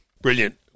Brilliant